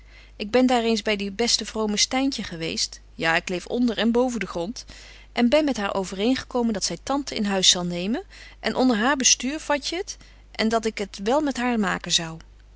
ik ben daar eens by die beste vrome styntje geweest ja ik leef onder en boven den grond en ben met haar overeen gekomen dat zy tante in huis zal nemen en onder haar bestuur vatje het en dat ik het met haar wel maken zou